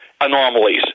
anomalies